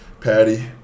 Patty